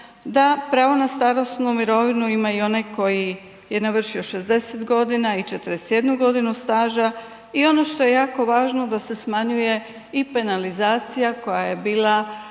da pravo starosnu mirovinu ima i onaj koji je navršio 60 godina i 41 godinu staža i ono što je jako važno da se smanjuje i penalizacija koja je bila